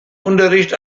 unterricht